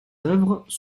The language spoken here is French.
œuvres